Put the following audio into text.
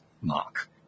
mark